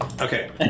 Okay